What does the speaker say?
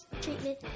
treatment